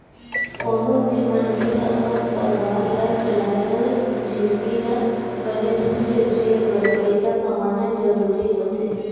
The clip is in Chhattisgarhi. कोनो भी मनखे ल अपन परवार ला चलाय बर जिनगी ल बने ढंग ले जीए बर पइसा कमाना जरूरी होथे